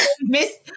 miss